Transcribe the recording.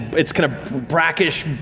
its kind of brackish,